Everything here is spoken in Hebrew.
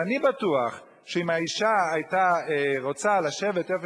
אני בטוח שאם האשה היתה רוצה לשבת איפה